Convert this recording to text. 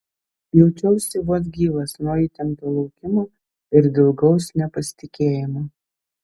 jaučiausi vos gyvas nuo įtempto laukimo ir dilgaus nepasitikėjimo